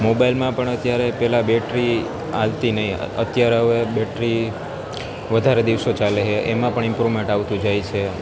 મોબાઇલમાં પણ અત્યારે પહેલા બેટરી હાલતી નથી અત્યારે હવે બેટરી વધારે દિવસો ચાલે હે એમાં પણ ઇમ્પ્રુમેન્ટ આવતું જાય છે